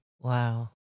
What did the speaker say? Wow